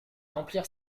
remplir